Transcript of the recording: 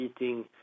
eating